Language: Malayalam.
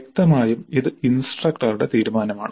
വ്യക്തമായും ഇത് ഇൻസ്ട്രക്ടറുടെ തീരുമാനമാണ്